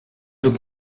peux